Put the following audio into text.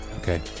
Okay